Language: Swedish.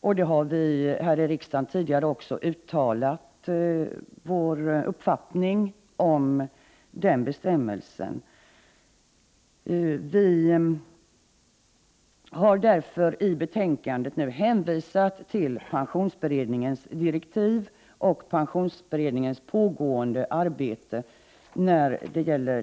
Vi har också tidigare här i riksdagen uttalat vår uppfattning om den bestämmelsen. Vi har med anledning av dessa motioner i betänkandet hänvisat till pensionsberedningens direktiv och pensionsberedningens pågående arbete.